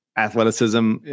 athleticism